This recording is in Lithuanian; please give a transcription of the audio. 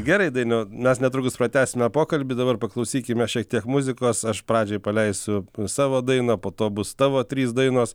gerai dainiau mes netrukus pratęsime pokalbį dabar paklausykime šiek tiek muzikos aš pradžiai paleisiu savo dainą po to bus tavo trys dainos